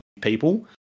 people